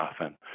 often